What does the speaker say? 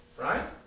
Right